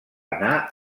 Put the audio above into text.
anar